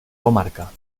comarca